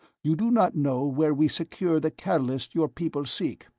you do not know where we secure the catalyst your people seek.